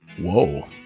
Whoa